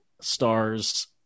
stars